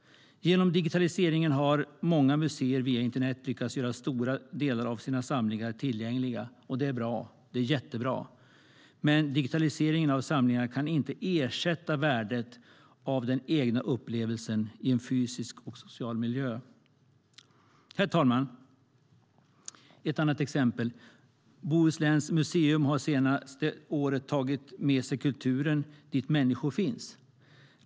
Med hjälp av digitaliseringen har många museer via internet lyckats göra stora delar av sina samlingar tillgängliga. Det är mycket bra, men digitaliseringen av samlingarna kan inte ersätta värdet av den egna upplevelsen i en fysisk och social miljö. Herr talman! Låt mig ge ett annat exempel. Bohusläns museum har det senaste året tagit med sig kulturen dit där människor finns.